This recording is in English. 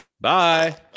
Bye